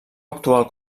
actual